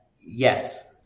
yes